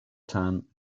tan